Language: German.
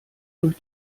durch